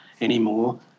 anymore